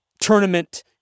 tournament